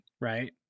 right